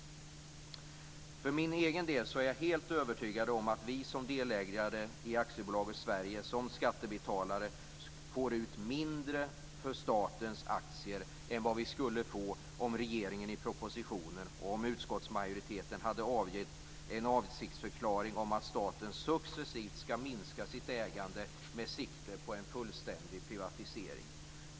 För min egen del är jag helt övertygad om att vi som delägare i AB Sverige som skattebetalare får ut mindre för statens aktier än om regeringen i propositionen och utskottsmajoriteten hade avgett en avsiktsförklaring om att staten successivt ska minska sitt ägande med sikte på en fullständig privatisering.